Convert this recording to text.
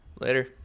Later